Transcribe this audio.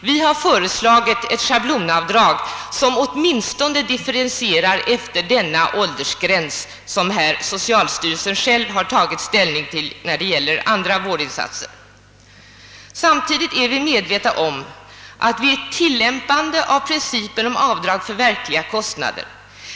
Vi har föreslagit ett schablonavdrag som är differentierat med hänsyn till den åldersgräns, som socialstyrelsen rekommenderat när det gäller andra vårdinsatser. Samtidigt är vi medvetna om att vid ett tillämpande av principen om avdrag för de verkliga kostnaderna